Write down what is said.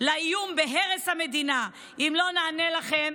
לאיום בהרס המדינה אם לא ניענה לכם.